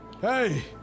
Hey